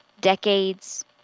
decades